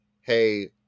hey